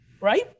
Right